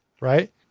right